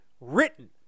written